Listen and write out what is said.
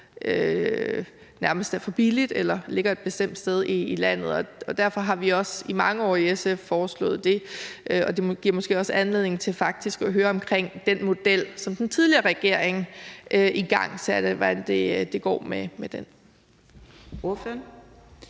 nærmest er for billigt eller ligger et bestemt sted i landet. Derfor har vi også i SF i mange år foreslået det, og det giver måske også anledning til faktisk at høre lidt om, hvordan det går med den model, som den tidligere regering igangsatte. Kl. 20:37 Fjerde